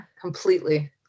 Completely